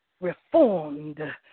reformed